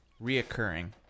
reoccurring